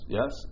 Yes